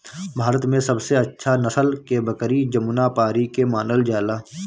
भारत में सबसे अच्छा नसल के बकरी जमुनापारी के मानल जाला